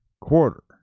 quarter